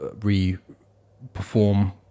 re-perform